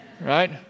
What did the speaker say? Right